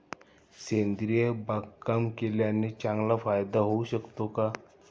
सेंद्रिय बागकाम केल्याने चांगला फायदा होऊ शकतो का?